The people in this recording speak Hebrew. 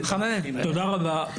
תודה רבה.